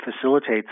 facilitates